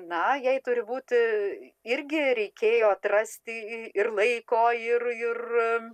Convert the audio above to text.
na jai turbūt irgi reikėjo atrasti ir laiko ir ir